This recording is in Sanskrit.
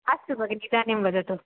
अस्तु भगिनि इदानीं वदतु